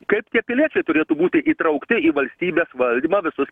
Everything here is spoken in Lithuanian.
kaip tie piliečiai turėtų būti įtraukti į valstybės valdymą visus